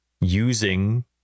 using